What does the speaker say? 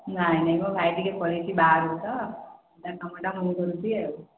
ନାଇଁ ନାଇଁ ମୋ ଭାଇ ଟିକେ ପଳେଇଛି ବାହାରକୁ ତ ତା କାମଟା ମୁଁ କରୁଛି ଆଉ